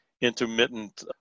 intermittent